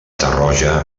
tarroja